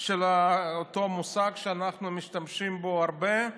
של אותו מושג שאנחנו משתמשים בו הרבה,